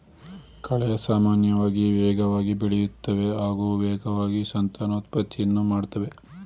ಕಳೆ ಸಾಮಾನ್ಯವಾಗಿ ವೇಗವಾಗಿ ಬೆಳೆಯುತ್ತವೆ ಹಾಗೂ ವೇಗವಾಗಿ ಸಂತಾನೋತ್ಪತ್ತಿಯನ್ನು ಮಾಡ್ತದೆ